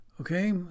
Okay